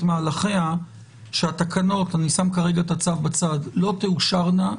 מהלכיה שהתקנות אני שם כרגע את הצו בצד לא תאושרנה,